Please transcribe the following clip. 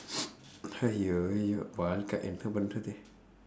!aiyo! !aiyo! வாழ்க்கை என்ன பண்ணுறது:vaazhkkai enna pannurathu